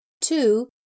Two